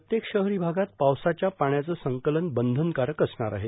प्रत्येक शहरी भागात पावसाच्या पाण्याचे संकलन बंधनकारक असणार आहे